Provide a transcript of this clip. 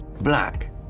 Black